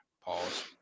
Pause